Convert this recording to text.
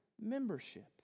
membership